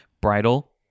bridal